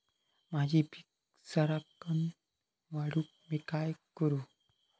माझी पीक सराक्कन वाढूक मी काय करू?